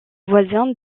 voisin